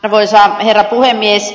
arvoisa herra puhemies